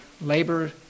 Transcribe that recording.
Labor